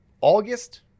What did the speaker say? August